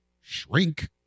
shrink